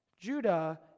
Judah